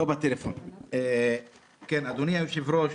אדוני היושב-ראש,